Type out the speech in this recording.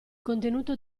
contenuto